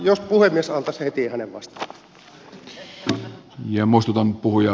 jos puhemies antaisi hänen heti vastata